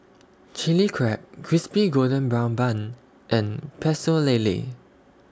Chili Crab Crispy Golden Brown Bun and Pecel Lele